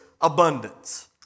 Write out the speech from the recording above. Abundance